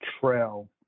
trail